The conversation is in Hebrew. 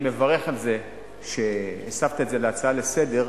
אני מברך על זה שהסבת את זה להצעה לסדר-היום